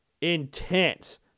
intense